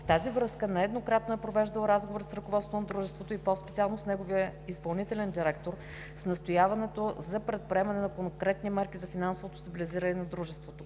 В тази връзка нееднократно е провеждал разговори с ръководството на дружеството и по-специално с неговия изпълнителен директор с настояването за предприемането на конкретни мерки за финансовото стабилизиране на дружеството.